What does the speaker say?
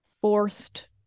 forced